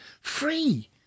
free